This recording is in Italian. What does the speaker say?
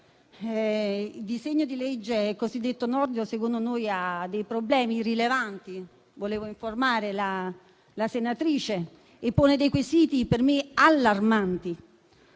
il disegno di legge cosiddetto Nordio secondo noi presenta problemi rilevanti (volevo informarla di ciò) e pone quesiti per me allarmanti.